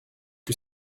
que